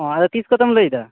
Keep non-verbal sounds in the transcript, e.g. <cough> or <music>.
ᱦᱚᱸ <unintelligible> ᱟᱫᱚ ᱛᱤᱥ ᱠᱚᱛᱮᱢ ᱞᱟ ᱭ ᱮᱫᱟ